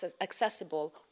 accessible